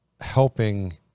helping